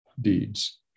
deeds